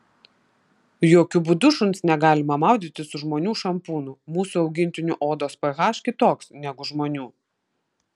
jokiu būdu šuns negalima maudyti su žmonių šampūnu mūsų augintinių odos ph kitoks negu žmonių